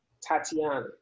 Tatiana